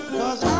cause